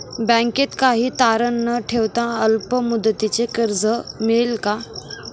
बँकेत काही तारण न ठेवता अल्प मुदतीचे कर्ज मिळेल का?